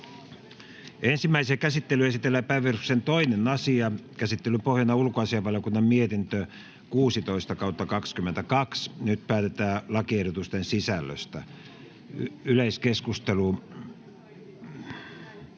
Ensimmäiseen käsittelyyn esitellään päiväjärjestyksen 2. asia. Käsittelyn pohjana on ulkoasiainvaliokunnan mietintö UaVM 16/2022 vp. Nyt päätetään lakiehdotusten sisällöstä. — Yleiskeskustelu,